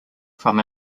from